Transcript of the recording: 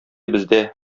бездә